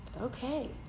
okay